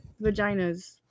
Vaginas